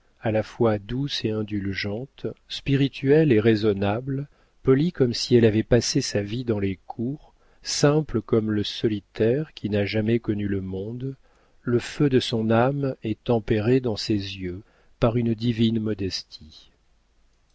à la fois douce et indulgente spirituelle et raisonnable polie comme si elle avait passé sa vie dans les cours simple comme le solitaire qui n'a jamais connu le monde le feu de son âme est tempéré dans ses yeux par une divine modestie